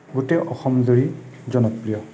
গোটেই অসম জুৰি জনপ্ৰিয়